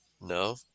no